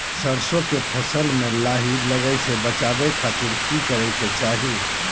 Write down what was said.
सरसों के फसल में लाही लगे से बचावे खातिर की करे के चाही?